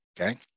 okay